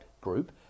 group